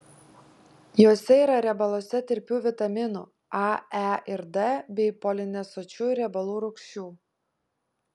juose yra riebaluose tirpių vitaminų a e ir d bei polinesočiųjų riebalų rūgščių